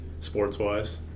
sports-wise